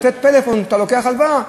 לתת פלאפון כשאתה לוקח הלוואה.